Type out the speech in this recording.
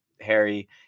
Harry